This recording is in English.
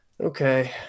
Okay